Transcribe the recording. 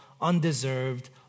undeserved